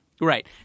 Right